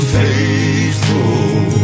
faithful